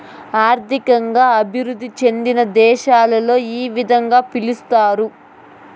ఆర్థికంగా అభివృద్ధి చెందిన దేశాలలో ఈ విధంగా పిలుస్తారు